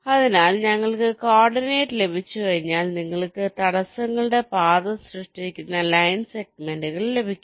അതിനാൽ ഞങ്ങൾക്ക് കോർഡിനേറ്റ് ലഭിച്ചുകഴിഞ്ഞാൽ നിങ്ങൾക്ക് തടസ്സങ്ങളുടെ പാത സൃഷ്ടിക്കുന്ന ലൈൻ സെഗ്മെന്റുകൾ ലഭിക്കും